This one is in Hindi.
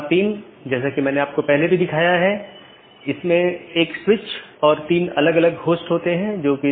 4 जीवित रखें मेसेज यह निर्धारित करता है कि क्या सहकर्मी उपलब्ध हैं या नहीं